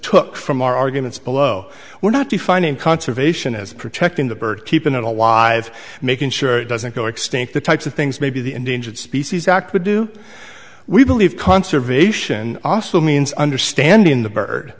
took from arguments below were not defining conservation is protecting the bird keeping it alive making sure it doesn't go extinct the types of things maybe the endangered species act would do we believe conservation also means understanding the bird